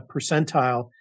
percentile